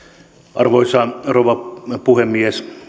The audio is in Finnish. arvoisa rouva puhemies